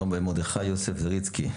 הרבי מרדכי יוסף זריצקי,